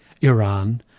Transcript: Iran